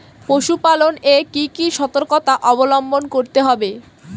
পশুপালন এ কি কি সর্তকতা অবলম্বন করতে হবে?